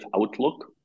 outlook